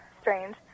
strange